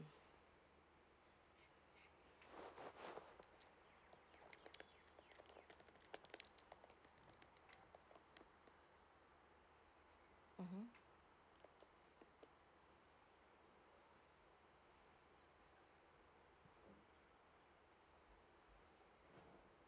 mmhmm